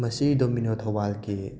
ꯃꯁꯤ ꯗꯣꯃꯤꯅꯣ ꯊꯧꯕꯥꯜꯒꯤ